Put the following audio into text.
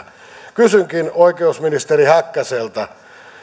kysynkin oikeusministeri häkkäseltä